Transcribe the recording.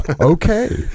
Okay